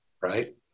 right